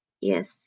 Yes